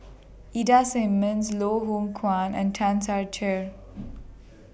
Ida Simmons Loh Hoong Kwan and Tan Ser Cher